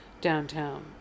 downtown